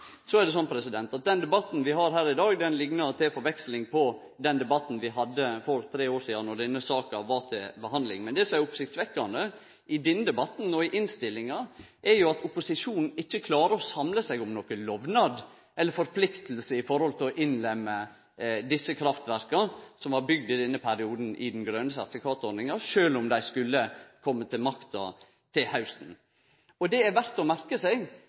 Debatten i dag liknar til forveksling den debatten vi hadde for tre år sidan då denne saka var til behandling. Det som er oppsiktsvekkjande i denne debatten og i innstillinga, er at opposisjonen ikkje klarer å samle seg om nokon lovnad eller forplikting når det gjeld å innlemme desse kraftverka som blei bygde i denne perioden, i den grøne sertifikatordninga – sjølv om dei skulle kome til makta til hausten. Det er verdt å merke seg.